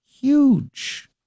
Huge